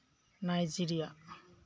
Nigeria